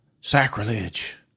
Sacrilege